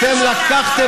אתם מחשיכים.